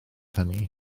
hynny